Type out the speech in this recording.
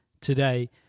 today